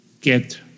get